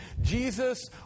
Jesus